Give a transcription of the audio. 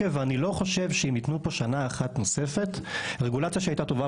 אני לא חושב שאם יתנו פה שנה אחת נוספת רגולציה שהייתה טובה